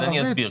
אני אסביר.